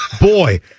Boy